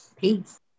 Peace